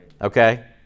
okay